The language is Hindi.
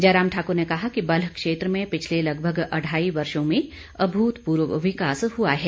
जयराम ठाक्र ने कहा कि बल्ह क्षेत्र में पिछले लगभग अढ़ाई वर्षो में अमूतपूर्व विकास हुआ है